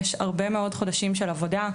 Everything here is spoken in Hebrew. יש הרבה מאוד חודשים של עבודה,